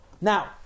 Now